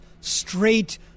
straight